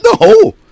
No